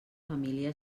família